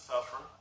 suffer